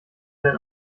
denn